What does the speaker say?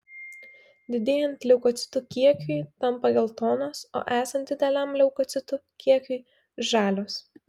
didėjant leukocitų kiekiui tampa geltonos o esant dideliam leukocitų kiekiui žalios